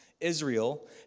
Israel